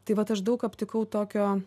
tai vat aš daug aptikau tokio